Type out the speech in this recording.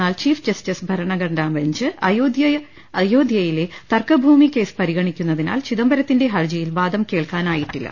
എന്നാൽ chief justice ഭരണഘടനാ bench Ayodhya യിലെ തർക്കഭൂമി കേസ് പരിഗണിക്കുന്നതിനാൽ ചിദംബരത്തിന്റെ ഹർജിയിൽ വാദം കേൾക്കാനായിട്ടില്ല